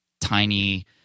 tiny